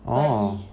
but he